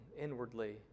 inwardly